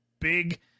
Big